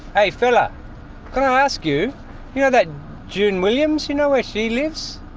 hey fella! can i ask you, you know that june williams, you know where she lives?